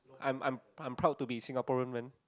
I'm I'm I'm proud to be Singaporean